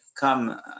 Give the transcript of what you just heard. Come